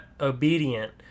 obedient